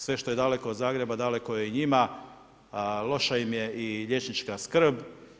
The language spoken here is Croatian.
Sve što je daleko od Zagreba, daleko je i njima, loša im je i liječnička skrb.